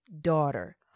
daughter